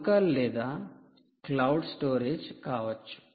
local లేదా cloud storage కావచ్చు